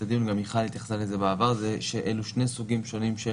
הדיון זה שאלו שני סוגים שונים של